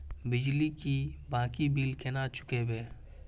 बिजली की बाकी बील केना चूकेबे?